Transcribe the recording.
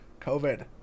covid